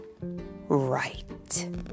Right